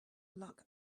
luck